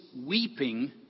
weeping